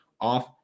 off